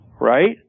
right